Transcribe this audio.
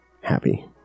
happy